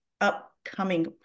upcoming